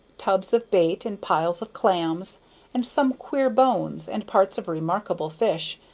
tubs of bait, and piles of clams and some queer bones, and parts of remarkable fish,